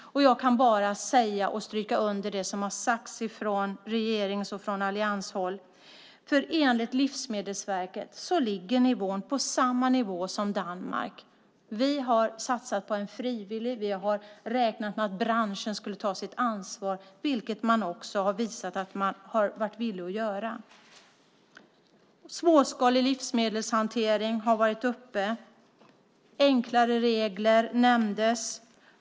Jag kan bara stryka under det som har sagts från regerings och allianshåll. Enligt Livsmedelsverket är nämligen nivån densamma som i Danmark. Vi har satsat på en frivillig väg och räknat med att branschen skulle ta sitt ansvar, vilket man också har visat att man har varit villig att göra. Småskalig livsmedelshantering har varit uppe. Enklare regler nämndes.